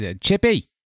Chippy